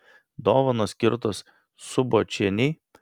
dovanos skirtos subočienei